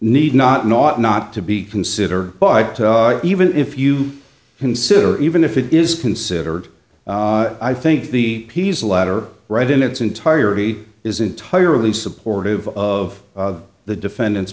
need not not not to be consider but even if you consider even if it is considered i think the piece latter right in its entirety is entirely supportive of the defendant's